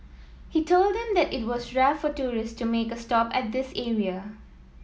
he told them that it was rare for tourist to make a stop at this area